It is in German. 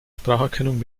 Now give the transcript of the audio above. spracherkennung